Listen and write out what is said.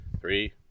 Three